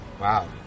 wow